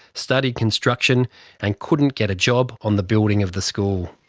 studied construction and couldn't get a job on the building of the school.